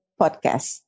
podcast